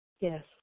Yes